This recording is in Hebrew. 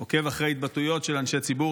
הוא עוקב אחרי התבטאויות של אנשי ציבור,